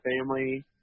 family